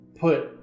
put